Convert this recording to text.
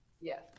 Yes